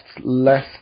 less